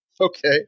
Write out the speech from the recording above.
Okay